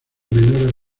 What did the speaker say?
menor